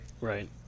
right